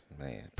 Man